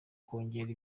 kongera